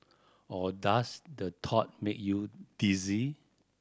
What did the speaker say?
or does the thought make you dizzy